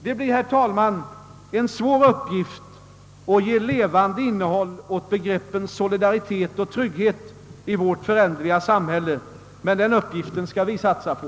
Det blir alltså, herr talman, en svår uppgift att ge levande innehåll åt begreppen solidaritet och trygghet i vårt föränderliga samhälle, men den uppgiften skall vi satsa på.